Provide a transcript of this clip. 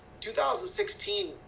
2016